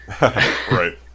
right